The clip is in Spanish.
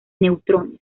neutrones